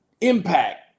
Impact